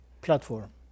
platform